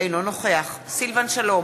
אינו נוכח סילבן שלום,